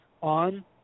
on